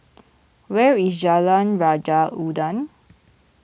where is Jalan Raja Udang